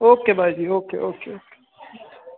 okay bye ji okay okay okay